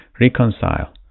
reconcile